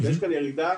בעצם ירידה,